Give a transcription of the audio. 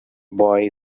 boy